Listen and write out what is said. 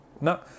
No